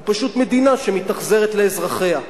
זו פשוט מדינה שמתאכזרת לאזרחיה.